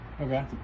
Okay